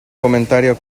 comentario